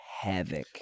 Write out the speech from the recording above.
havoc